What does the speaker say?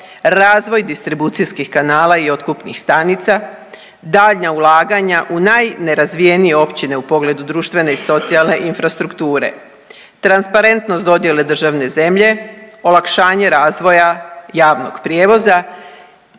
razvoj distribucijskih kanala i otkupnih stanica, daljnja ulaganja u najnerazvijenije općine u pogledu društvene i socijalne infrastrukture, transparentnost dodjele državne zemlje, olakšanje razvoja javnog prijevoza